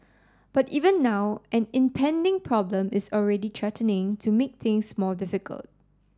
but even now an impending problem is already threatening to make things more difficult